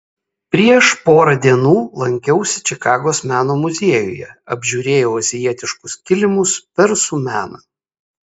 prieš porą dienų lankiausi čikagos meno muziejuje apžiūrėjau azijietiškus kilimus persų meną